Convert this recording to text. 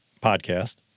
podcast